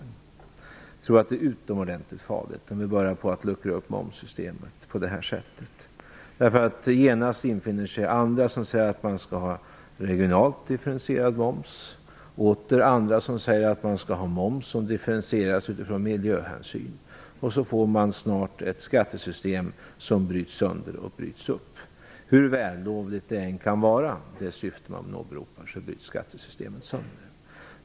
Jag tror att det är utomordentligt farligt att börja luckra upp momssystemet på det här sättet. Genast infinner sig då andra krav, t.ex. på en regionalt differentierad moms eller på en moms som differentieras efter miljöhänsyn. Då får man snart ett skattesystem som bryts upp. Hur vällovligt det syfte man åberopar än må vara bryts skattesystemet sönder.